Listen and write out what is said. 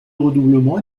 redoublement